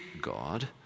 God